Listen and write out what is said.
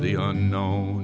they are kno